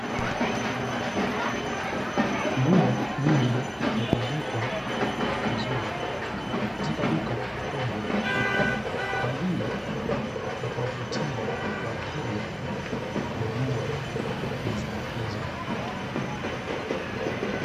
Nguo nyingi zimetundikwa vizuri katika duka kubwa kwa ajili ya kuwavutia wateja kununua bidhaa hizo.